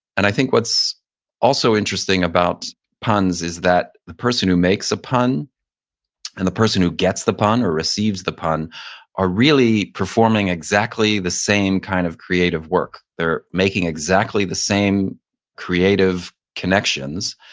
and i think what's also interesting about puns is that the person who makes a pun and the person who gets the pun or receives the pun are really performing exactly the same kind of creative work. they're making exactly the same creative connections.